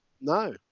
No